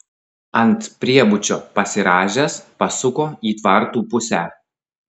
ant priebučio pasirąžęs pasuko į tvartų pusę